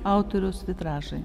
autoriaus vitražai